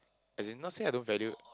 as in not say I don't value